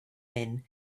men